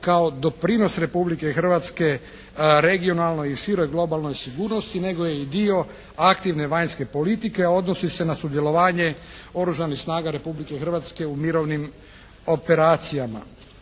kao doprinos Republike Hrvatske regionalnoj i široj globalnoj sigurnosti, nego je i dio aktivne vanjske politike, a odnosi se na sudjelovanje oružanih snaga Republike Hrvatske u mirovnim operacijama.